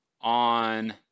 on